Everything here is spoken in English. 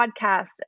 podcast